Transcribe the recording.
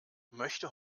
möchte